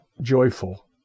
joyful